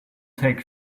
take